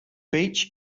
beach